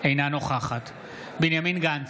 אינה נוכחת בנימין גנץ,